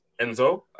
Enzo